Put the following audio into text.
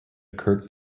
occurred